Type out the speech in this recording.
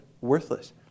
worthless